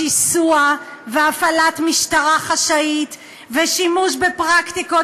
רק שיסוי והפעלת משטרה חשאית ושימוש בפרקטיקות